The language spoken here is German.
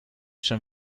schon